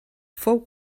fou